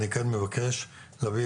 אני כן מבקש להביא